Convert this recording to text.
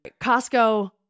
Costco